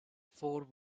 fore